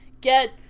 get